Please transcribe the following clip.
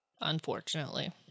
Unfortunately